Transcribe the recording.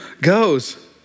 goes